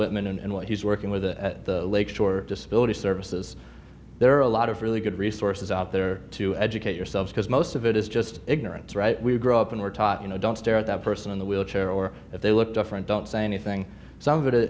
whitman and what he's working with at the lakeshore disability services there are a lot of really good resources out there to educate yourselves because most of it is just ignorance right we grow up and we're taught you know don't stare at that person in the wheelchair or if they look different don't say anything some of it